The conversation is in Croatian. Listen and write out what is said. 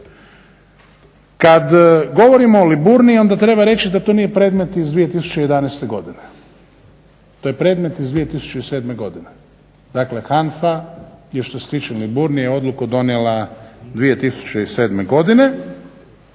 Kad govorimo o Liburni onda treba reći da to nije predmet iz 2011. godine, to je predmet iz 2007. godine. Dakle, HANFA je što se tiče Liburnije odluku donijela 2007. godine,